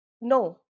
no